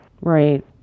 Right